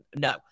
no